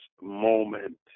moment